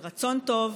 על רצון טוב,